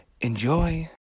Enjoy